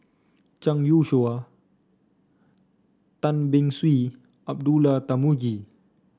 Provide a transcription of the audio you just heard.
Zhang Youshuo Tan Beng Swee Abdullah Tarmugi